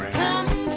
come